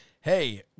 Hey